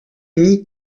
mis